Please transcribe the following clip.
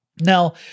Now